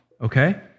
okay